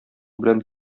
белән